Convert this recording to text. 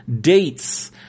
dates